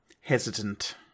hesitant